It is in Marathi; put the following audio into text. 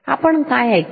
आपण काय ऐकतो